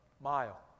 mile